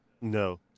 no